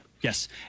Yes